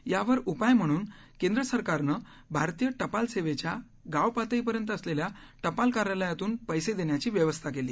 यावर उपाय म्हणून केंद्र सरकारन भारतीय टपाल सेवेच्या गाव पातळीपर्यंत असलेल्या टपाल कार्यालयातून पैसे देण्याची व्यवस्था केली